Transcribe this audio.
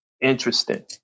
Interesting